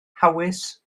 hawys